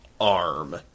arm